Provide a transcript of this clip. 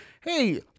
hey